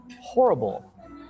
horrible